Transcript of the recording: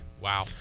Wow